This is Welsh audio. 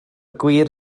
gwir